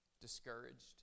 discouraged